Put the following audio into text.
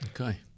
Okay